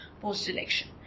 post-election